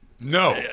No